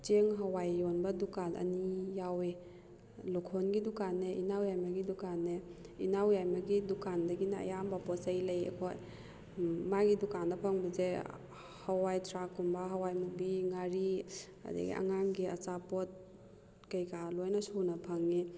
ꯆꯦꯡ ꯍꯋꯥꯏ ꯌꯣꯟꯕ ꯗꯨꯀꯥꯟ ꯑꯅꯤ ꯌꯥꯎꯋꯤ ꯂꯣꯈꯣꯟꯒꯤ ꯗꯨꯀꯥꯟꯅꯦ ꯏꯅꯥꯎ ꯌꯥꯏꯃꯒꯤ ꯗꯨꯀꯥꯟꯅꯦ ꯏꯅꯥꯎ ꯌꯥꯏꯃꯒꯤ ꯗꯨꯀꯥꯟꯗꯒꯤꯅ ꯑꯌꯥꯝꯕ ꯄꯣꯠ ꯆꯩ ꯂꯩ ꯑꯩꯈꯣꯏ ꯃꯥꯒꯤ ꯗꯨꯀꯥꯟꯗ ꯐꯪꯕꯁꯦ ꯍꯋꯥꯏ ꯊꯔꯥꯛꯀꯨꯝꯕ ꯍꯋꯥꯏ ꯃꯨꯕꯤ ꯉꯥꯔꯤ ꯑꯗꯒꯤ ꯑꯉꯥꯡꯒꯤ ꯑꯆꯥꯄꯣꯠ ꯀꯩꯀꯥ ꯂꯣꯏꯅ ꯁꯨꯅ ꯐꯪꯉꯤ